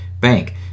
bank